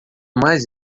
mais